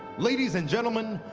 ladies and gentlemen,